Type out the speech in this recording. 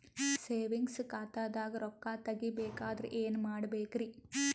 Savings ಖಾತಾದಾಗ ರೊಕ್ಕ ತೇಗಿ ಬೇಕಾದರ ಏನ ಮಾಡಬೇಕರಿ?